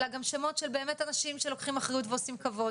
אלא גם שמות של באמת אנשים שלוקחים אחריות ועושים כבוד